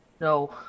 No